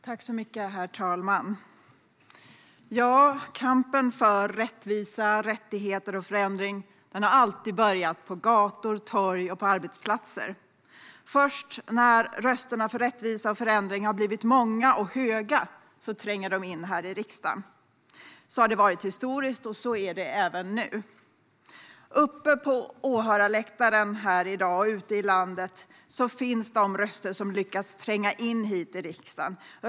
Herr talman! Kampen för rättvisa, rättigheter och förändring har alltid börjat på gator, torg och arbetsplatser. Först när rösterna för rättvisa och förändring har blivit många och höga tränger de in här i riksdagen - så har det varit historiskt, och så är det även nu. Uppe på åhörarläktaren här i dag, och ute i landet, finns de röster som lyckats tränga in hit i riksdagen.